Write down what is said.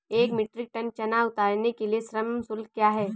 एक metric ton चना उतारने के लिए श्रम शुल्क क्या है?